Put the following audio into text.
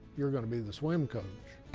you're going to be the swim coach.